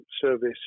service